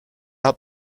hat